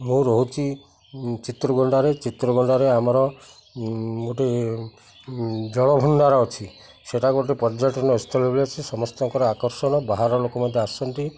ମୁଁ ରହୁଛି ଚିତ୍ରକୋଣ୍ଡାରେ ଚିତ୍ରକୋଣ୍ଡାରେ ଆମର ଗୋଟେ ଜଳଭଣ୍ଡାର ଅଛି ସେଟା ଗୋଟେ ପର୍ଯ୍ୟଟନ ଅଛି ସମସ୍ତଙ୍କର ଆକର୍ଷଣ ବାହାର ଲୋକ ମଧ୍ୟ ଆସନ୍ତି